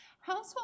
Household